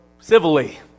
civilly